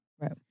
Right